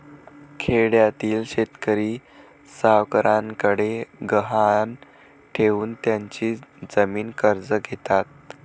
खेड्यातील शेतकरी सावकारांकडे गहाण ठेवून त्यांची जमीन कर्ज घेतात